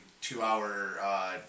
two-hour